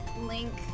Link